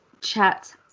chat